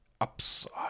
upside